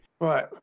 Right